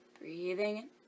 breathing